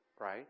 right